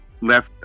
left